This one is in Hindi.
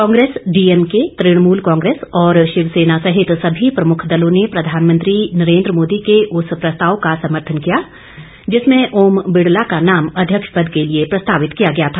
कांग्रेस डीएम के तणमुल कांग्रेस और शिवसेना सहित सभी प्रमुख दलों ने प्रधानमंत्री नरेन्द्र मोदी के उस प्रस्ताव का समर्थन किया जिसमें ओम बिड़ला का नाम अध्यक्ष पद के लिए प्रस्तावित किया गया था